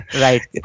right